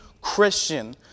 Christian